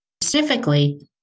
specifically